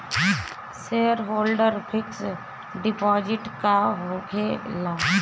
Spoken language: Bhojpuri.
सेयरहोल्डर फिक्स डिपाँजिट का होखे ला?